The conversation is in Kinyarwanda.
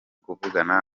kuvugana